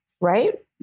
right